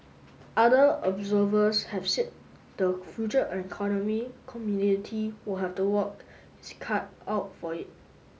other observers have said the Future Economy community will have to work its cut out for it